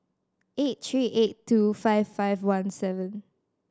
eight three eight two five five one seven